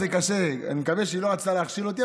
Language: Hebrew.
אני מקווה שהיא לא רצתה להכשיל אותי,